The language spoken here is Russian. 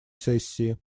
сессии